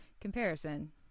comparison